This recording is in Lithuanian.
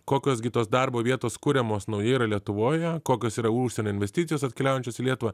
kokios gi tos darbo vietos kuriamos naujai yra lietuvoje kokios yra užsienio investicijos atkeliaujančios į lietuvą